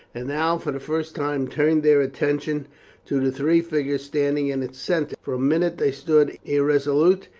and now for the first time turned their attention to the three figures standing in its centre. for a minute they stood irresolute,